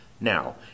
Now